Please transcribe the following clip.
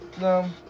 No